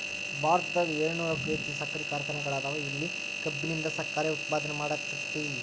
ಭಾರತದಾಗ ಏಳುನೂರಕ್ಕು ಹೆಚ್ಚ್ ಸಕ್ಕರಿ ಕಾರ್ಖಾನೆಗಳದಾವ, ಇಲ್ಲಿ ಕಬ್ಬಿನಿಂದ ಸಕ್ಕರೆ ಉತ್ಪಾದನೆ ಮಾಡ್ಲಾಕ್ಕೆತಿ